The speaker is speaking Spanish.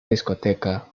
discoteca